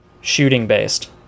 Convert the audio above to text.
shooting-based